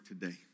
today